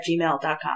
gmail.com